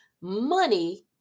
money